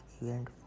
event